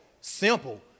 Simple